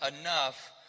enough